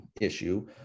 issue